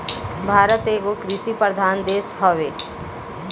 भारत एगो कृषि प्रधान देश हवे